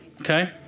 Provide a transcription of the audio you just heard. Okay